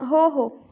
हो हो